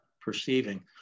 perceiving